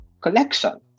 collection